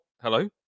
hello